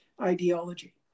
ideology